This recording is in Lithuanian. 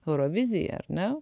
eurovizija ar ne